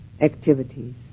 activities